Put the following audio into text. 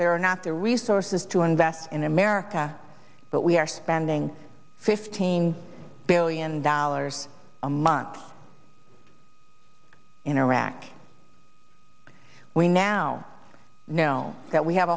there are not the resources to invest in america but we are spending fifteen billion dollars a month in iraq we now know that we have